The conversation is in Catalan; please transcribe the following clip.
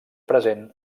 present